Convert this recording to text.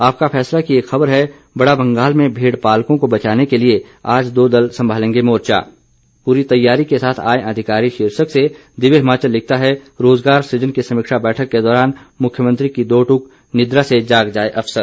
आपका फैसला की एक खबर है बड़ा मंगाल में भेड़ पालकों को बचाने के लिए आज दो दल संभालेंगे मोर्चा पूरी तैयारी के साथ आएं अधिकारी शीर्षक से दिव्य हिमाचल लिखता है रोजगार सूजन की समीक्षा बैठक के दौरान मुख्यमंत्री की दो दूक निद्रा से जाग जाए अफसर